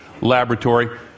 Laboratory